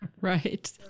right